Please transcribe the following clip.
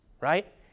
right